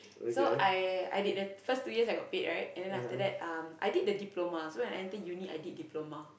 so I I did the first two years I got paid right and then after that um I did a diploma so when I entered Uni I did diploma